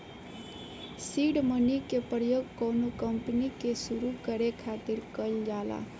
seed money के प्रयोग कौनो कंपनी के सुरु करे खातिर कईल जाला